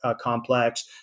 complex